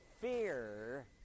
fear